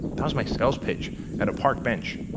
that was my sales pitch and a park bench.